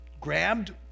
grabbed